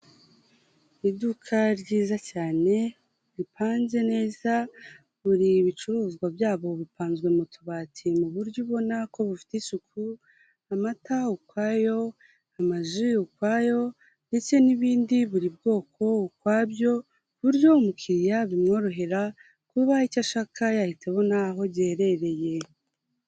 Iduka ryiza cyane ripanze neza, buri ibicuruzwa byabo bipanzwe mu tubati mu buryo ubona ko bufite isuku, amata ukwayo, amaji ukwayo ndetse n'ibindi, buri bwoko ukwabyo, ku buryo umukiriya bimworohera kuba icyo ashaka yahita abona aho giherereye.